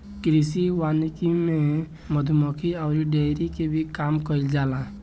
कृषि वानिकी में मधुमक्खी अउरी डेयरी के भी काम कईल जाला